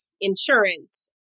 insurance